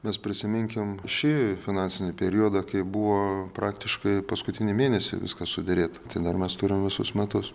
nes prisiminkim šį finansinį periodą kai buvo praktiškai paskutinį mėnesį viskas suderėta tar dar mes turime visus metus